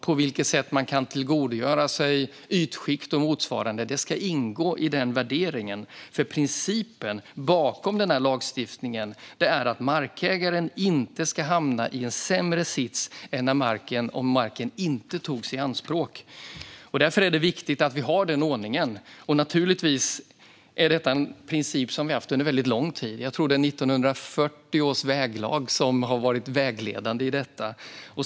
På vilket sätt man kan tillgodogöra sig ytskikt och motsvarande ska också ingå i värderingen. Principen bakom lagstiftningen är nämligen att markägaren inte ska hamna i en sämre sits än om marken inte togs i anspråk. Därför är det viktigt att vi har den ordningen. Naturligtvis är detta en princip som vi har haft under en väldigt lång tid. Jag tror att det är 1940 års väglag som har varit vägledande här.